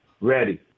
ready